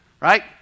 right